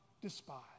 despise